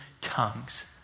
tongues